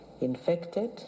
infected